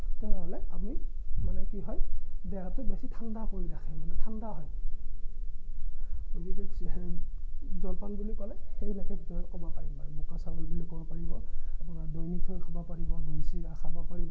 তেনেহ'লে আমি মানে কি হয় দেহাটো বেছি ঠাণ্ডা কৰি ৰাখে ঠাণ্ডা হয় গতিকে জলপান বুলি ক'লে সেইবিলাকৰ ভিতৰতে ক'ব পাৰিম আৰু বোকা চাউল বুলি ক'ব পাৰিব আপোনাৰ দৈ মিঠৈ খাব পাৰিব দৈ চিৰা খাব পাৰিব